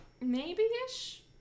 Maybe-ish